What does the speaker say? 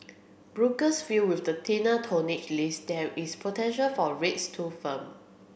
brokers feel with the thinner tonnage list there is potential for rates to firm